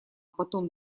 потом